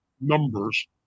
numbers